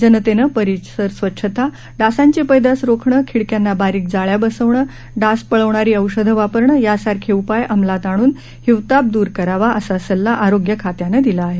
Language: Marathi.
जनतेनं परिसर स्वच्छता डासांची पैदास रोखणं खिडक्यांना बारीक जाळ्या बसवणं डास पळवणारी औषधं वापरणं यासारखे उपाय अमलात आणून हिवताप दूर करावा असा सल्ला आरोग्य खात्यानं दिला आहे